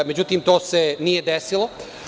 Međutim, to se nije desilo.